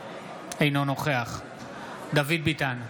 אינו נוכח דוד ביטן,